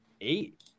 eight